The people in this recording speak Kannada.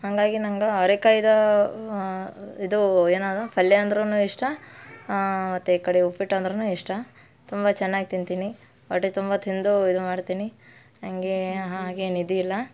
ಹಾಗಾಗಿ ನಂಗೆ ಅವರೆಕಾಯ್ದು ಇದು ಏನದು ಪಲ್ಯ ಅಂದ್ರು ಇಷ್ಟ ಮತ್ತು ಈ ಕಡೆ ಉಪ್ಪಿಟ್ಟು ಅಂದ್ರು ಇಷ್ಟ ತುಂಬ ಚೆನ್ನಾಗಿ ತಿಂತೀನಿ ಹೊಟ್ಟೆ ತುಂಬ ತಿಂದು ಇದು ಮಾಡ್ತೀನಿ ನಂಗೆ ಹಾಗೇನು ಇದಿಲ್ಲ